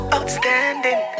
Outstanding